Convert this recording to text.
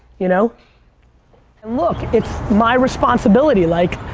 you know look, it's my responsibility, like,